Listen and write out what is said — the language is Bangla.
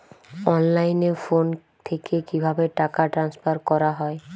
অনলাইনে ফোন থেকে কিভাবে টাকা ট্রান্সফার করা হয়?